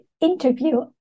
interview